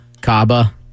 Kaba